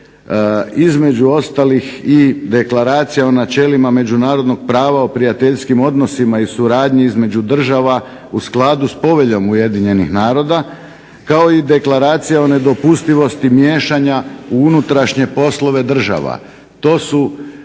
između ostalih i deklaracija o načelima međunarodnog prava o prijateljskim odnosima i suradnji između država u skladu s poveljom Ujedinjenih naroda, kao i deklaracija o nedopustivosti miješanja u unutrašnje poslove država.